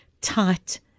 tight